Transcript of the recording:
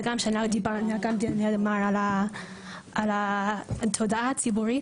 וגם שדיברנו גם על התודעה הציבורית,